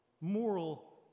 Moral